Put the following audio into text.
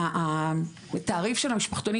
התעריף של המשפחתונים,